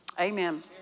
Amen